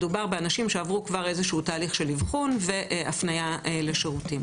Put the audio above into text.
מדובר באנשים שכבר עברו איזשהו תהליך של אבחון והפניה לשירותים.